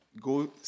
go